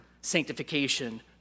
sanctification